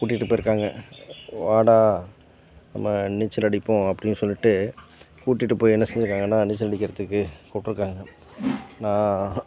கூட்டிட்டுப் போயிருக்காங்கள் வாடா நம்ம நீச்சல் அடிப்போம் அப்படினு சொல்லிட்டு கூட்டிட்டுப் போய் என்ன செய்தாங்கன்னா நீச்சல் அடிக்கிறதுக்கு கூப்பிட்ருக்காங்க நான்